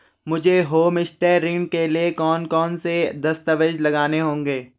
मुझे होमस्टे ऋण के लिए कौन कौनसे दस्तावेज़ लगाने होंगे?